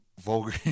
vulgar